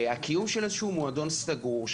הקיום הוא מועדון סגור.